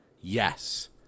Yes